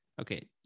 Okay